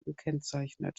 gekennzeichnet